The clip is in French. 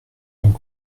donc